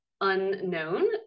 unknown